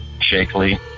shakily